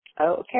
okay